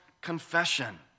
confession